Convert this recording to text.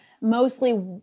mostly